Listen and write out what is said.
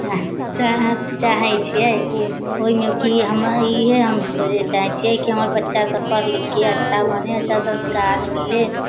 चाहै छिए ओहिमे कि हमर इएह हम खोजै चाहै छिए कि हमर बच्चासब पढ़ि लिखिके अच्छा बनै अच्छा संस्कार मिलै